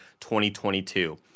2022